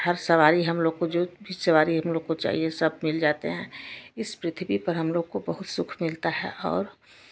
हर सवारी हमलोग को जो भी सवारी हमलोग को चाहिए वो सब मिल जाते हैं इस पृथ्वी पर हमलोग को बहुत सुख मिलता है और